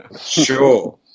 Sure